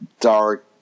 dark